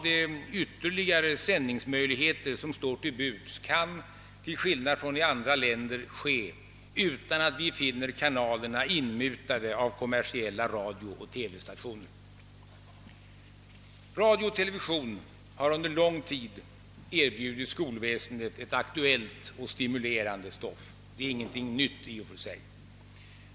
De ytterligare sändningsmöjligheter som står till buds kan, till skillnad från i andra länder, disponeras utan att vi finner kanalerna inmutade av kommersiella radiooch TV stationer. Radio och television har under lång tid erbjudit skolväsendet ett aktuellt och stimulerande stoff. Det är ingenting nytt i och för sig.